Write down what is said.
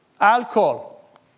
Alcohol